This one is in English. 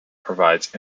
provides